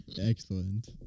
Excellent